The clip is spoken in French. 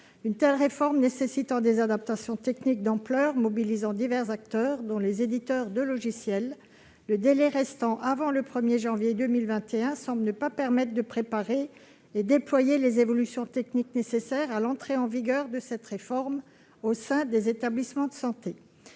Une telle réforme nécessite des adaptations techniques d'ampleur, mobilisant divers acteurs, dont les éditeurs de logiciels. Le délai restant avant le 1 janvier 2021 ne paraît pas suffisant pour préparer et déployer les évolutions techniques nécessaires à l'entrée en vigueur de cette réforme au sein des établissements de santé.